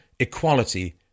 equality